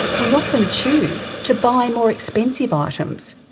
we often choose to buy more expensive ah items,